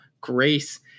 grace